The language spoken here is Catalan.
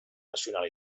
nacional